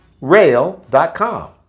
rail.com